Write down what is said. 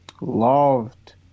loved